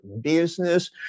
business